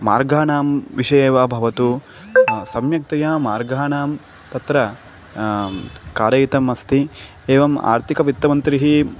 मार्गानां विषये वा भवतु सम्यक्तया मार्गानां तत्र कारितम् अस्ति एवम् आर्थिकवित्तमन्त्री